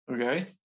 okay